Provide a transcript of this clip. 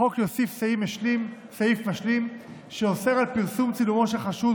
החוק יוסיף סעיף משלים שאוסר פרסום צילומו של חשוד